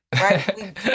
right